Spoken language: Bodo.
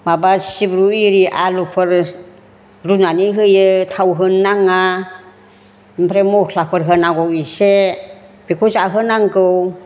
माबा सिब्रु इरि आलुफोर रुनानै होयो थाव होनो नाङा ओमफ्राय मस्लाफोर होनांगौ इसे बेखौ जाहो नांगौ